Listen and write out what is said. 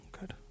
good